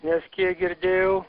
nes kiek girdėjau